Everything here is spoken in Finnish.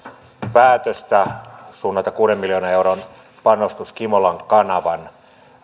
päätöstä suunnata kuuden miljoonan euron panostus kimolan kanavan